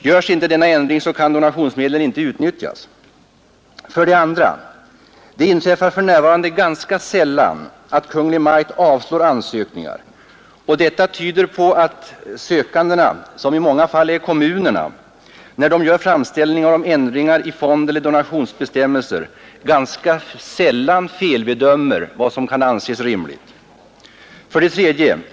Görs inte denna ändring kan donationsmedlen inte utnyttjas. 2. Det inträffar för närvarande ganska sällan att Kungl. Maj:t avslår ansökningar, och detta tyder på att sökandena, som i många fall är kommunerna, när de gör framställningar om ändringar i fondeller donationsbestämmelser, ganska sällan felbedömer vad som kan anses rimligt. 3.